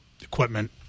equipment